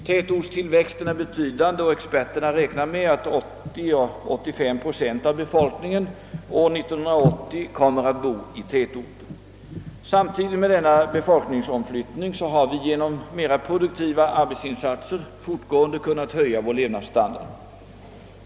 Tätortstillväxten är betydande och experterna räknar med att 80 å 85 procent av befolkningen år 1980 kommer att bo i tätorter. Samtidigt med denna befolkningsomflyttning har vi genom mera produktiva arbetsinsatser fortgående kunnat höja vår levnadsstandard.